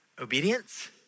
obedience